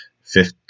fifth